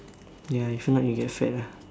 ya if not you get fat ah